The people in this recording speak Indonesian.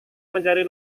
mencari